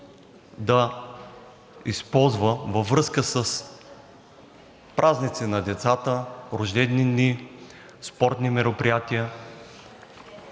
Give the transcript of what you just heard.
да използва във връзка с празници на децата, рождени дни, спортни мероприятия,